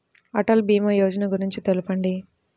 అటల్ భీమా యోజన గురించి తెలుపండి?